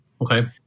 Okay